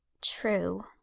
True